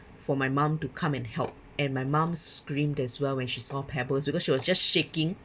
for my mum to come and help and my mum screamed as well when she saw pebbles because she was just shaking